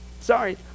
Sorry